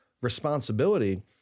responsibility